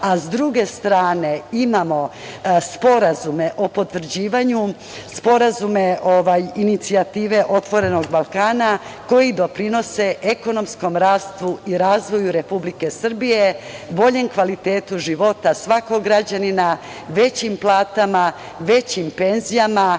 a sa druge strane imamo sporazume o potvrđivanju, sporazume, inicijative „Otvorenog Balkana“ koji doprinose ekonomskom rastu i razvoju Republike Srbije, boljem kvalitetu života svakog građanina, većim platama, većim penzijama,